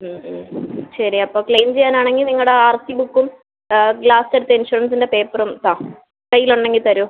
ഉം ഉം ശരി അപ്പോൾ ക്ലെയിം ചെയ്യാൻ ആണെങ്കിൽ നിങ്ങളുടെ ആർ സി ബുക്കും ലാസ്റ്റ് എടുത്ത ഇൻഷുറൻസിൻ്റെ പേപ്പറും താ കൈയ്യിൽ ഉണ്ടെങ്കിൽ തരൂ